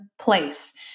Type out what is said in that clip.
place